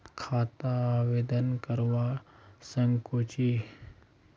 खाता आवेदन करवा संकोची?